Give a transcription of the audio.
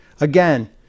again